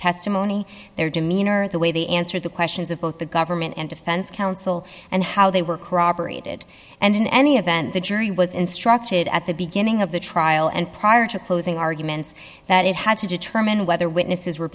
testimony their demeanor the way they answered the questions of both the government and defense counsel and how they were corroborated and in any event the jury was instructed at the beginning of the trial and prior to closing arguments that it had to determine whether witnesses were